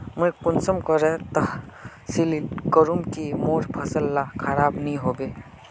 मुई कुंसम करे तसल्ली करूम की मोर फसल ला खराब नी होबे?